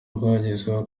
rwagezeho